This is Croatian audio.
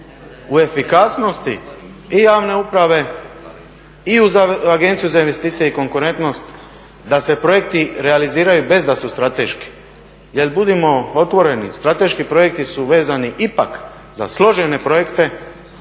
u efikasnosti i javne uprave i Agencije za investiciju i konkurentnost, da se projekti realiziraju bez da su strateški jer budimo otvoreni, strateški projekti su vezani ipak za složene projekte